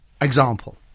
example